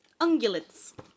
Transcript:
Ungulates